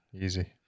Easy